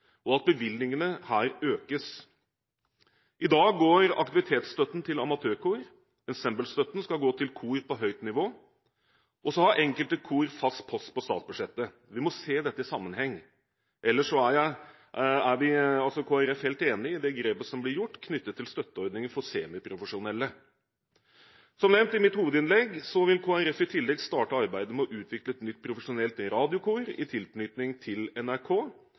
og at bevilgningene her økes. I dag går aktivitetsstøtten til amatørkor. Ensemblestøtten skal gå til kor på høyt nivå, og så har enkelte kor fast post på statsbudsjettet. Vi må se dette i sammenheng. Ellers er Kristelig Folkeparti helt enig i det grepet som ble gjort knyttet til støtteordninger for semiprofesjonelle. Som nevnt i mitt hovedinnlegg, vil Kristelig Folkeparti i tillegg starte arbeidet med å utvikle et nytt profesjonelt radiokor i tilknytning til NRK.